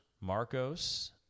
Marcos